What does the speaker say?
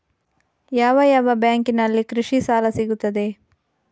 ಯಾವ ಯಾವ ಬ್ಯಾಂಕಿನಲ್ಲಿ ಕೃಷಿ ಸಾಲ ಸಿಗುತ್ತದೆ?